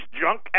junk